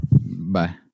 Bye